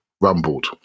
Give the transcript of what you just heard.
rumbled